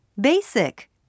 Basic